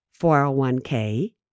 401k